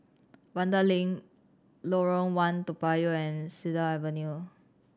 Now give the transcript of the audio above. Vanda Link Lorong One Toa Payoh and Cedar Avenue